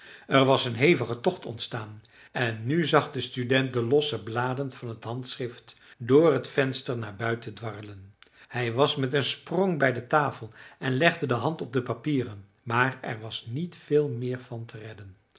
er was een hevige tocht ontstaan en nu zag de student de losse bladen van het handschrift door het venster naar buiten dwarrelen hij was met een sprong bij de tafel en legde de hand op de papieren maar er was niet veel meer van te redden